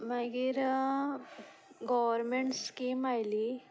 मागीर government scheme आयली